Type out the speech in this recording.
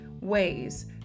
ways